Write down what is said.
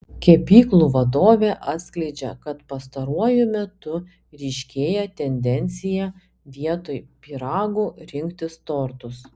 kepyklų vadovė atskleidžia kad pastaruoju metu ryškėja tendencija vietoj pyragų rinktis tortus